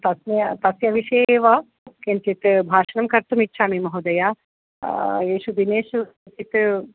तस्य तस्य विषये एव किञ्चित् भाषणं कर्तुमिच्छामि महोदय एषु दिनेषु किञ्चित्